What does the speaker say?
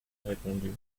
répondu